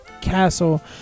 Castle